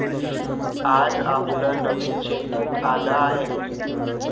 आज आपलं नवीन चेकबुक आलं आहे